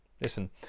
Listen